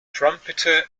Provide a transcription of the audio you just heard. trumpeter